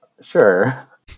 Sure